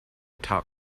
talk